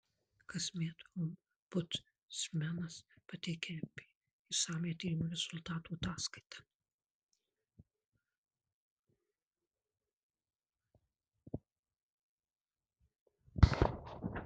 kasmet ombudsmenas pateikia ep išsamią tyrimų rezultatų ataskaitą